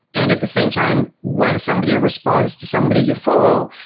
and at the same time, when somebody responds to somebody you follow,